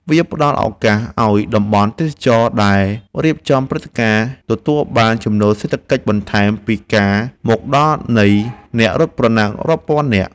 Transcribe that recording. វាផ្ដល់ឱកាសឱ្យតំបន់ទេសចរណ៍ដែលរៀបចំព្រឹត្តិការណ៍ ទទួលបានចំណូលសេដ្ឋកិច្ចបន្ថែមពីការមកដល់នៃអ្នករត់ប្រណាំងរាប់ពាន់នាក់។